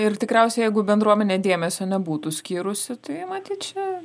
ir tikriausiai jeigu bendruomenė dėmesio nebūtų skyrusi tai matyt čia